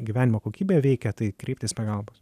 gyvenimo kokybę veikia tai kreiptis pagalbos